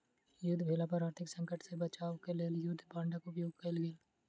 युद्ध भेला पर आर्थिक संकट सॅ बचाब क लेल युद्ध बांडक उपयोग कयल गेल